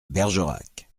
bergerac